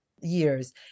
years